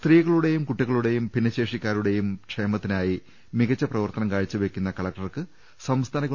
സ്ത്രീകളുടെയും കുട്ടികളുടെയും ഭിന്നശേഷിക്കാരുടെയും ക്ഷേമത്തിനായി മികച്ച പ്രവർത്തനം കാഴ്ചവെക്കുന്ന കലക്ടർക്ക് സംസ്ഥാന ഗവ